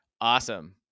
Awesome